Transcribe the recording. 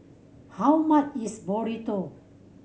how much is Burrito